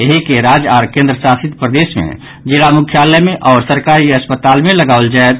एहि केराज्य आओर केन्द्र शासित प्रदेशक मे जिला मुख्यालय मे आओर सरकारी अस्पताल मे लगाओल जायत